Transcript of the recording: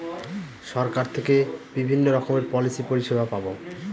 সরকার থেকে বিভিন্ন রকমের পলিসি পরিষেবা পাবো